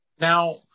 now